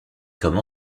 comme